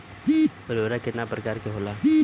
उर्वरक केतना प्रकार के होला?